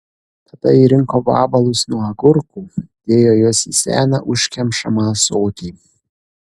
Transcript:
tada ji rinko vabalus nuo agurkų dėjo juos į seną užkemšamą ąsotį